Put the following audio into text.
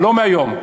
לא מהיום,